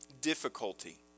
difficulty